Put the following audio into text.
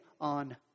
on